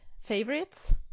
favorites